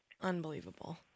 Unbelievable